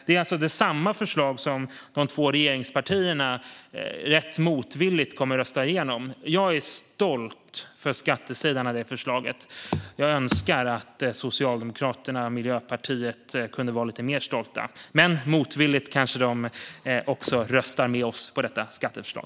Det är alltså samma förslag som de två regeringspartierna rätt motvilligt kommer att rösta igenom. Jag är stolt över skattesidan i det förslaget. Jag önskar att Socialdemokraterna och Miljöpartiet kunde vara lite mer stolta, men motvilligt kanske de också röstar med oss om detta skatteförslag.